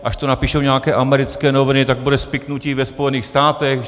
Až to napíšou nějaké americké noviny, tak bude spiknutí i ve Spojených státech.